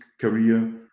career